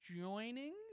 joining